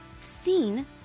seen